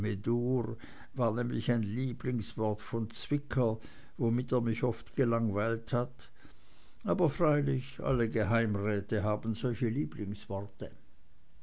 war nämlich ein lieblingswort von zwicker womit er mich oft gelangweilt hat aber freilich alle geheimräte haben solche lieblingsworte